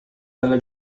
dalla